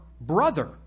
brother